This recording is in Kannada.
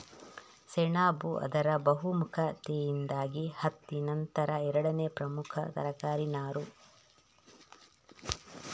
ಸೆಣಬು ಅದರ ಬಹುಮುಖತೆಯಿಂದಾಗಿ ಹತ್ತಿ ನಂತರ ಎರಡನೇ ಪ್ರಮುಖ ತರಕಾರಿ ನಾರು